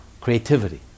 Creativity